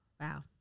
wow